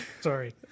Sorry